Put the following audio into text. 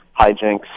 hijinks